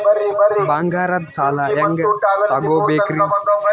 ಬಂಗಾರದ್ ಸಾಲ ಹೆಂಗ್ ತಗೊಬೇಕ್ರಿ?